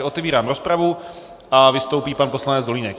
Otevírám rozpravu a vystoupí pan poslanec Dolínek.